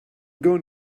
going